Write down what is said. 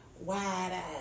wide